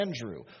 Andrew